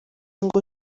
ngo